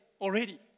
Already